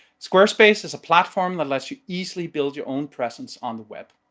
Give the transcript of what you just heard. squarespace is a platform that lets you easily build your own presence on the web.